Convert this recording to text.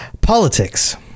politics